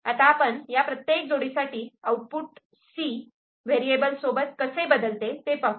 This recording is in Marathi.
आता आपण या प्रत्येक जोडीसाठी आउटपुट 'C' व्हेरिएबल सोबत कसे बदलते ते पाहू